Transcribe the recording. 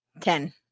Ten